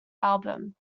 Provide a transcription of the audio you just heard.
album